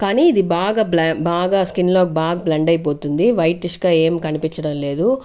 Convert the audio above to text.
కానీ ఇది బాగా బ్లెం బాగా స్కిన్లో బాగా బ్లెండ్ అయిపోతుంది వైటిష్గా ఏం కనిపించడం లేదు